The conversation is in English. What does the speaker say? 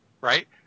right